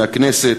מהכנסת,